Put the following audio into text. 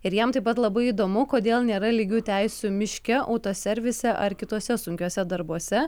ir jam taip pat labai įdomu kodėl nėra lygių teisių miške autoservise ar kituose sunkiuose darbuose